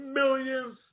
millions